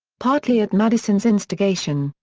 partly at madison's instigation,